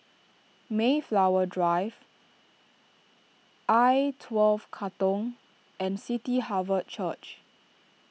Mayflower Drive I twelve Katong and City Harvest Church